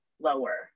lower